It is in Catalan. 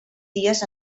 dies